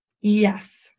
Yes